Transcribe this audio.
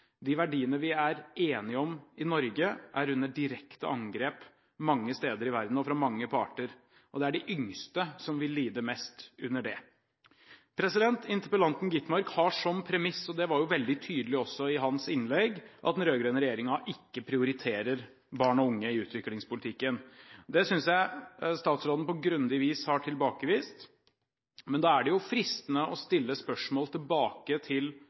De verdiene vi er enige om i Norge, er under direkte angrep mange steder i verden og fra mange parter, og det er de yngste som vil lide mest under det. Interpellanten Skovholt Gitmark har som premiss – det var jo veldig tydelig også i hans innlegg – at den rød-grønne regjeringen ikke prioriterer barn og unge i utviklingspolitikken. Det synes jeg statsråden på grundig vis har tilbakevist. Da er det jo fristende å stille spørsmål tilbake til